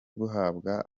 buhabwa